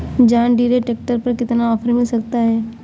John Deere tractor पर कितना offer मिल सकता है?